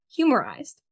humorized